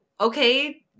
Okay